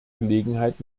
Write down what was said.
gelegenheit